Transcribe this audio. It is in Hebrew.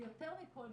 ויותר מכל,